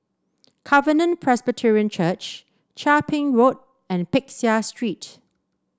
Covenant Presbyterian Church Chia Ping Road and Peck Seah Street